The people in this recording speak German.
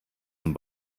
zum